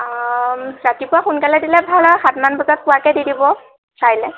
ৰাতিপুৱা সোনকালে দিলে ভাল হয় সাত মান বজাত পোৱাকৈ দি দিব পাৰিলে